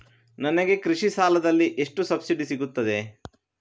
ನನಗೆ ಕೃಷಿ ಸಾಲದಲ್ಲಿ ಎಷ್ಟು ಸಬ್ಸಿಡಿ ಸೀಗುತ್ತದೆ?